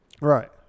Right